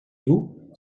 vous